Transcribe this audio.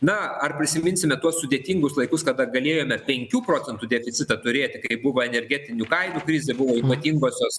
na ar prisiminsime tuos sudėtingus laikus kada galėjome penkių procentų deficitą turėti kai buvo energetinių kainų krizė buvo ypatingosios